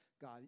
God